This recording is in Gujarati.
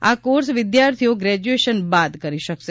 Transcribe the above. આ કોર્સ વિદ્યાર્થીઓ ગ્રેજ્યુએશન બાદ કરી શકશે